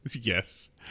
Yes